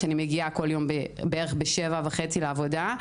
ואני מגיעה כל יום בערך ב-7:30 לעבודה,